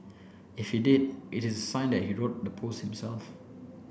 if he did it is a sign that he wrote the post himself